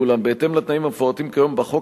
אולם בהתאם לתנאים המפורטים כיום בחוק,